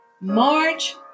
March